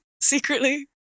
secretly